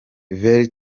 very